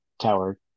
tower